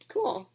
Cool